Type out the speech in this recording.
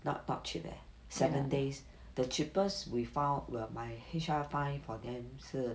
not cheap leh seven days the cheapest we found were my H_R find for them 是